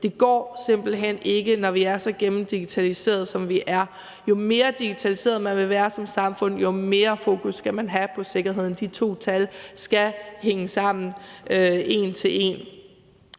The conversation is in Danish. Det går simpelt hen ikke, når vi er så gennemdigitaliserede, som vi er. Jo mere digitaliseret, man vil være som samfund, jo mere fokus skal man have på sikkerheden. De to ting skal hænge sammen en til en.